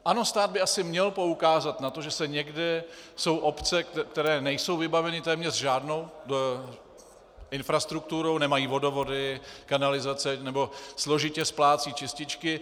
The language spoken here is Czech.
Ano, stát by asi měl poukázat na to, že někde jsou obce, které nejsou vybaveny téměř žádnou infrastrukturou, nemají vodovody, kanalizace nebo složitě splácejí čističky.